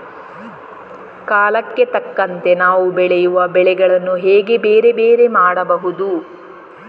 ಕಾಲಕ್ಕೆ ತಕ್ಕಂತೆ ನಾವು ಬೆಳೆಯುವ ಬೆಳೆಗಳನ್ನು ಹೇಗೆ ಬೇರೆ ಬೇರೆ ಮಾಡಬಹುದು?